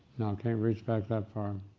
can't reach back that far.